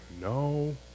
no